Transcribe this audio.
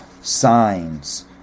signs